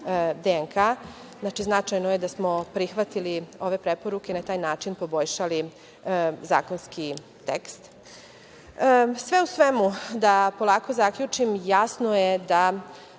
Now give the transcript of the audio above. značajno je da smo prihvatili ove preporuke i na taj način poboljšali zakonski tekst. Sve u svemu, da polaku zaključim, jasno je da